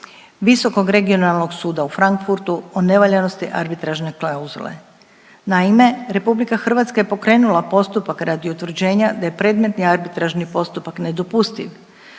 Visokog regionalnog suda u Frankfurtu, o nevaljanosti arbitražne klauzule. Naime, RH je pokrenula postupak radi utvrđenja da je predmetni arbitražni postupak nedopustiv,